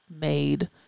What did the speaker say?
made